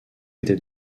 était